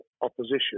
opposition